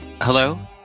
Hello